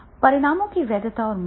परिणामों की वैधता और मूल्य